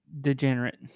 degenerate